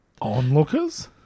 Onlookers